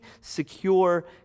secure